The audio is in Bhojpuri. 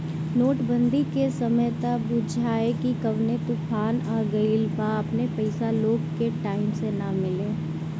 नोट बंदी के समय त बुझाए की कवनो तूफान आ गईल बा अपने पईसा लोग के टाइम से ना मिले